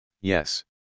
yes